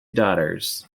daughters